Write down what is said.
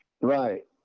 Right